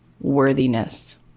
worthiness